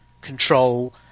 control